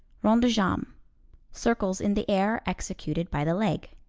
rond de jambe circles in the air executed by the leg.